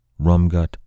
Rumgut